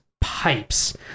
pipes